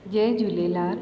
Jay Jhulelal